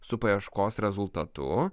su paieškos rezultatu